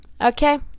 Okay